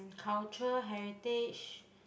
culture heritage